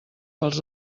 pels